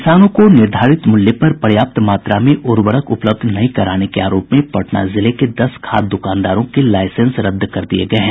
किसानों को निर्धारित मूल्य पर पर्याप्त मात्रा में उर्वरक उपलब्ध नहीं कराने को आरोप में पटना जिले के दस खाद दुकानदारों के लाईसेंस रद्द कर दिये गये हैं